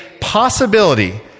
possibility